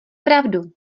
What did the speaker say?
pravdu